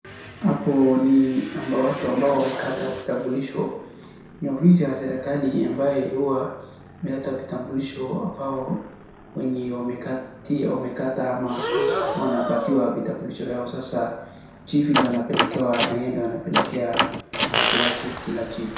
Hapo ni ambao watu wamekata kitamblisho. Ni ofisi ya serikali ambaye huwa imeleta vitambulisho ambao wenye wamekata ama wanapatiwa vitambulisho yao sasa chifu ndiye anapelekewa na sasa chifu ndiye anapelekea watu wake kila chief .